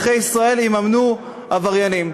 שאזרחי ישראל יממנו עבריינים.